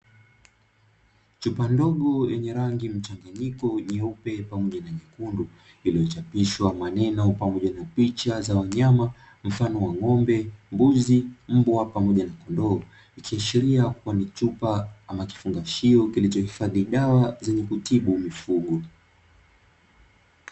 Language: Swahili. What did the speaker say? Chupa ndogo yenye rangi mchanganyiko nyeupe pamoja na nyekundu, iliyochapishwa maneno pamoja na picha za wanyama mfano wa ng’ombe, mbuzi, mbwa pamoja na kondoo, ikiashiria kuwa ni chupa ama kifungashio kilichohifadhi dawa zenye kutibu mifugo.